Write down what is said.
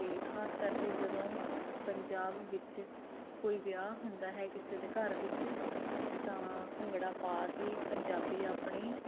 ਅਤੇ ਖਾਸ ਕਰਕੇ ਜਦੋਂ ਪੰਜਾਬ ਵਿੱਚ ਕੋਈ ਵਿਆਹ ਹੁੰਦਾ ਹੈ ਕਿਸੇ ਦੇ ਘਰ ਵਿੱਚ ਤਾਂ ਭੰਗੜਾ ਪਾ ਕੇ ਪੰਜਾਬੀ ਆਪਣੀ